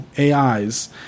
ais